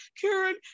Karen